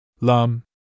Lum